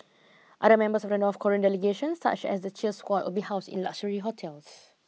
other members of the North Korean delegation such as the cheer squad will be housed in luxury hotels